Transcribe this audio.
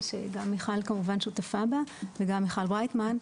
שגם מיכל כמובן שותפה בה וגם מיכל ברייטמן,